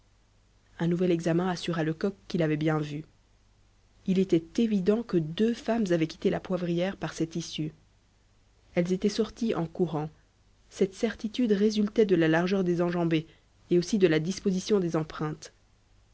un nouvel examen assura lecoq qu'il avait bien vu il était évident que deux femmes avaient quitté la poivrière par cette issue elles étaient sorties en courant cette certitude résultait de la largeur des enjambées et aussi de la disposition des empreintes